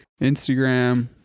Instagram